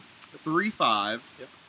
three-five